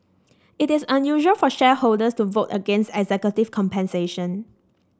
it is unusual for shareholders to vote against executive compensation